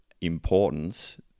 importance